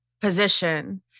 position